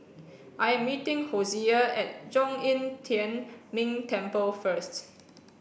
I'm meeting Hosea at Zhong Yi Tian Ming Temple first